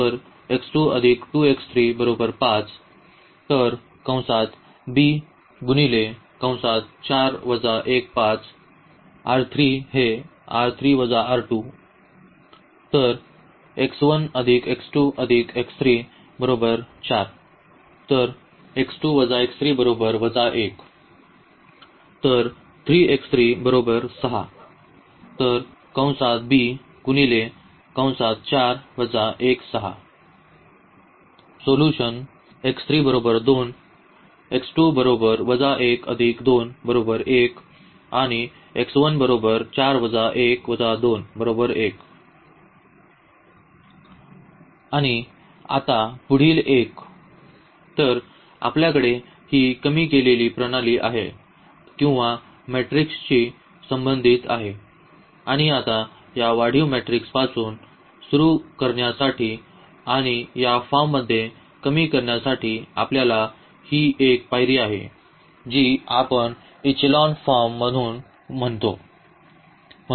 Solution आणि आता पुढील एक तर आपल्याकडे ही कमी केलेली प्रणाली आहे किंवा मेट्रिक्सशी संबंधित आहे आणि आता या वाढीव मॅट्रिक्सपासून सुरू करण्यासाठी आणि या फॉर्ममध्ये कमी करण्यासाठी आपल्याला ही एक पायरी आहे जी आपण इक्लोन फॉर्म म्हणून म्हणतो